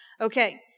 Okay